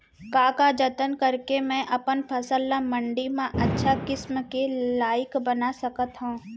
का का जतन करके मैं अपन फसल ला मण्डी मा अच्छा किम्मत के लाइक बना सकत हव?